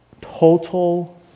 Total